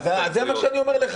אז זה מה שאני אומר לך,